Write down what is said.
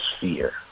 fear